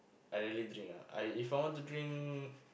I rarely drink ah I if I want to drink